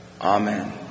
Amen